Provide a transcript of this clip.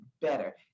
better